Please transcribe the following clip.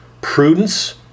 prudence